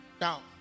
Now